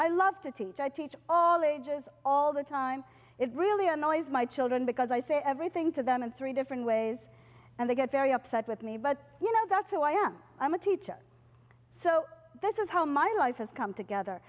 i love to teach i teach all ages all the time it really annoys my children because i say everything to them in three different ways and they get very upset with me but you know that's who i am i'm a teacher so this is how my life has come together